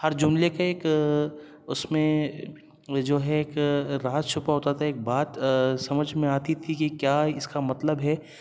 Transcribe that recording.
ہر جملے کا ایک اس میں جو ہے ایک راز چھپا ہوتا تھا ایک بات سمجھ میں آتی تھی کہ کیا اس کا مطلب ہے